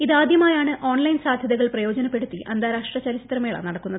ഇത് ആദ്യമായാണ് ഓൺലൈൻ സാധ്യകൾ പ്രയോജനപ്പെടുത്തി അന്താരാഷ്ട്ര ചലച്ചിത്രമേള നടക്കുന്നത്